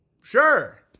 sure